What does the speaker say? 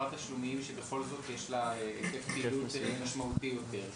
חברת תשלומים שבכל זאת יש לה היקף פעילות משמעותי יותר.